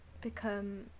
become